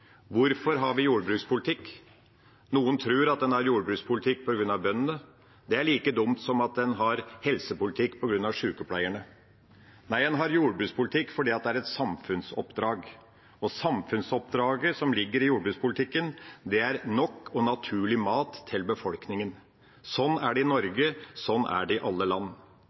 Hvorfor har vi jordbrukspolitikk? Noen tror at en har jordbrukspolitikk på grunn av bøndene. Det er like dumt som at en har helsepolitikk på grunn av sjukepleierne. Nei, en har jordbrukspolitikk fordi det er et samfunnsoppdrag, og samfunnsoppdraget som ligger i jordbrukspolitikken, er nok og naturlig mat til befolkningen. Sånn er det i Norge, sånn er det i alle land.